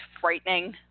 frightening